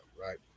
Right